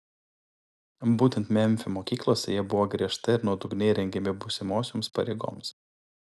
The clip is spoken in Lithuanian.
būtent memfio mokyklose jie buvo griežtai ir nuodugniai rengiami būsimosioms pareigoms